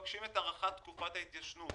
ומבקשים את הארכת תקופת ההתיישנות